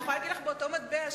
אני יכולה להגיד לך באותה מטבע,